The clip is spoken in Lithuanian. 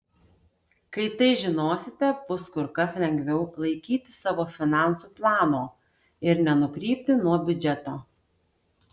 kai tai žinosite bus kur kas lengviau laikytis savo finansų plano ir nenukrypti nuo biudžeto